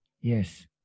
Yes